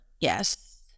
yes